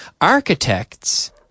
Architects